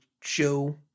show